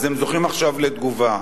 אז הם זוכים עכשיו לתגובה,